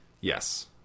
Yes